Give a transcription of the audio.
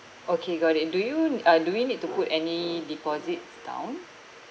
okay got it do you n~ uh do we need to put any deposits down